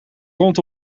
rond